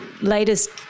latest